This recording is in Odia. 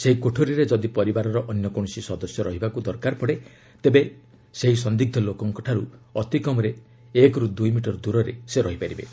ସେହି କୋଠରିରେ ଯଦି ପରିବାରର ଅନ୍ୟ କୌଣସି ସଦସ୍ୟ ରହିବାକୃ ଦରକାର ପଡ଼େ ତେବେ ସେହ ସନ୍ଦିଗ୍ଧ ଲୋକଙ୍କଠାରୁ ଅତି କମ୍ରେ ଏକରୁ ଦୁଇ ମିଟର ଦ୍ୱରରେ ରହିପାରିବେ